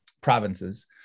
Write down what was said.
provinces